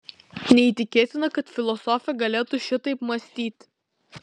neįtikėtina kad filosofė galėtų šitaip mąstyti